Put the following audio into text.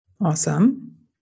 Awesome